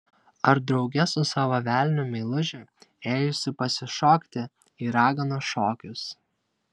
ar drauge su savo velniu meilužiu ėjusi pasišokti į raganų šokius